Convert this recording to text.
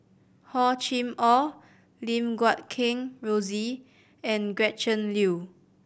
Hor Chim Or Lim Guat Kheng Rosie and Gretchen Liu